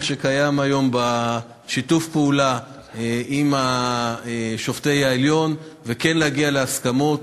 שקיים היום בשיתוף פעולה עם שופטי העליון וכן להגיע להסכמות.